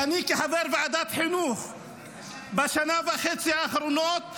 כי אני כחבר ועדת חינוך בשנה וחצי האחרונות,